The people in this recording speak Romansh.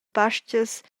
pastgas